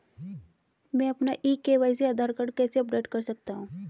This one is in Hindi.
मैं अपना ई के.वाई.सी आधार कार्ड कैसे अपडेट कर सकता हूँ?